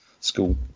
school